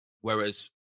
Whereas